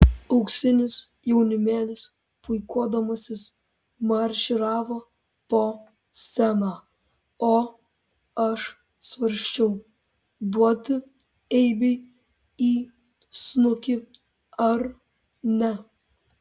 auksinis jaunimėlis puikuodamasis marširavo po sceną o aš svarsčiau duoti eibei į snukį ar ne